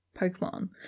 Pokemon